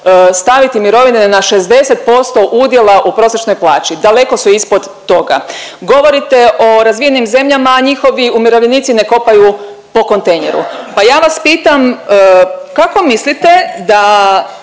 staviti mirovine na 60% udjela u prosječnoj plaći, daleko su ispod toga. Govorite o razvijenim zemljama, a njihovi umirovljenici ne kopaju po kontejneru, pa ja vas pitam kako mislite da